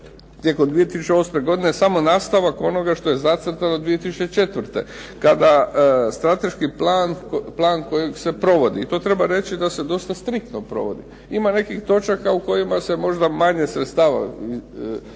tijekom 2008. godine samo nastavak onoga što je zacrtano 2004. kada strateški plan kojeg se provodi i to treba reći da se dosta striktno provodi. Ima nekih točaka u kojima se možda manje sredstava uložilo